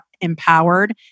empowered